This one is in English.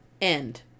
end